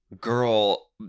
Girl